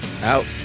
Out